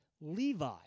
Levi